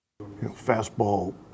Fastball